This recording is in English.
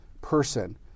person